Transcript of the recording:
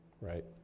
right